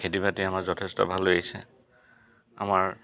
খেতি বাতি আমাৰ যথেষ্ট ভাল হৈ আহিছে আমাৰ